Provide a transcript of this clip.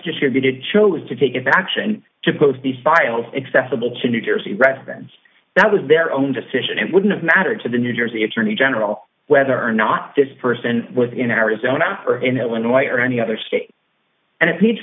distributed chose to take it back sion to post these files accessible to new jersey residents that was their own decision it wouldn't matter to the new jersey attorney general whether or not this person was in arizona or in illinois or any other state and it needs